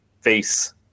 Face